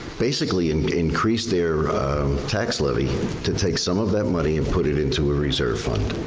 basically and increased their tax levy to take some of that money and put it into a reserve fund.